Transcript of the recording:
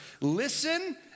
Listen